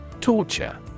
Torture